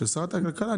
כששרת הכלכלה,